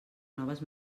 noves